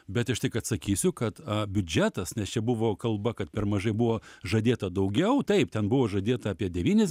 bet aš tik atsakysiu kad biudžetas nes čia buvo kalba kad per mažai buvo žadėta daugiau taip ten buvo žadėta apie devynis